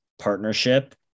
partnership